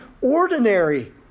ordinary